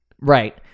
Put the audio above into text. Right